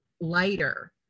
lighter